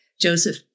Joseph